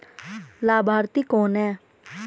लाभार्थी कौन है?